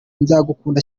nzagukunda